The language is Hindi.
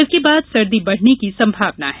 इसके बाद सर्दी बढ़ने की संभावना है